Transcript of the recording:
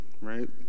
right